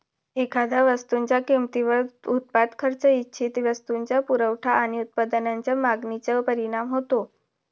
एखाद्या वस्तूच्या किमतीवर उत्पादन खर्च, इच्छित वस्तूचा पुरवठा आणि उत्पादनाच्या मागणीचा परिणाम होतो